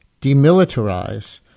demilitarize